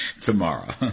Tomorrow